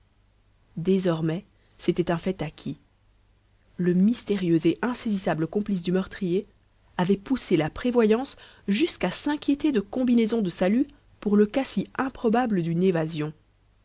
désormais c'était un fait acquis le mystérieux et insaisissable complice du meurtrier avait poussé la prévoyance jusqu'à s'inquiéter de combinaisons de salut pour le cas si improbable d'une évasion